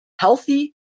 healthy